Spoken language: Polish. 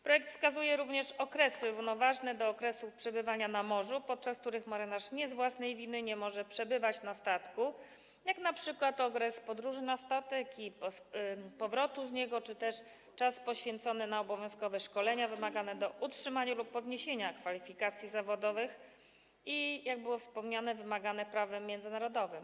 Projekt wskazuje również okresy równoważne do okresów przebywania na morzu, podczas których marynarz nie z własnej winy nie może przebywać na statku, jak np. okres podróży na statek i powrotu z niego czy też czas poświęcony na obowiązkowe szkolenia wymagane do utrzymania lub podniesienia kwalifikacji zawodowych i, jak było wspomniane, wymagane prawem międzynarodowym.